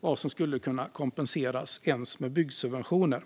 vad som skulle kunna kompenseras ens med byggsubventioner.